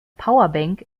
powerbank